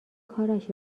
کارش